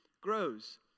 grows